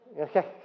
Okay